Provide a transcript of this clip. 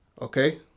Okay